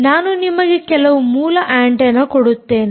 ನಾನು ನಿಮಗೆ ಕೆಲವು ಮೂಲ ಆಂಟೆನ್ನವನ್ನು ಕೊಡುತ್ತೇನೆ